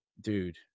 dude